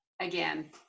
again